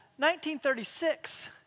1936